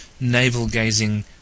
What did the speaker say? navel-gazing